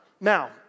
Now